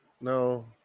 No